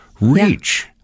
reach